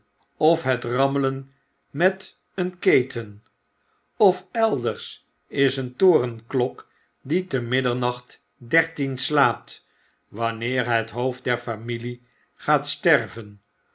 of het rammelen met een keten of elders is een torenklok die te middernacht dertien slaat wanneer het hoofd der familie gaat sterven